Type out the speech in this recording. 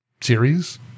series